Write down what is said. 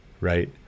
right